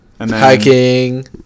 Hiking